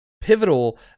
pivotal